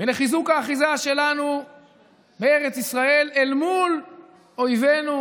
ולחיזוק האחיזה שלנו בארץ ישראל אל מול אויבינו,